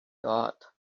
thought